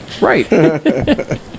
right